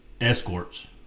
escorts